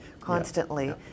constantly